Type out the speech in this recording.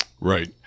Right